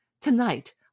Tonight